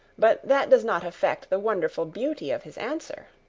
but that does not affect the wonderful beauty of his answer.